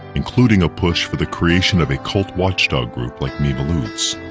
including a push for the creation of a cult watchdog group like miviludes.